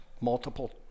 multiple